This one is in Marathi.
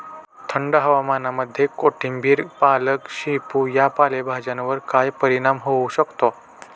थंड हवामानामध्ये कोथिंबिर, पालक, शेपू या पालेभाज्यांवर काय परिणाम होऊ शकतो?